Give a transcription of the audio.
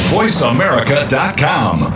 VoiceAmerica.com